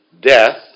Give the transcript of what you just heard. death